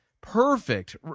perfect